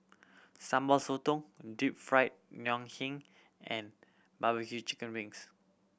Sambal Sotong Deep Fried Ngoh Hiang and barbecue chicken wings